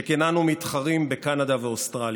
שכן אנו מתחרים בקנדה ואוסטרליה.